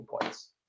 points